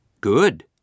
Good